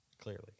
clearly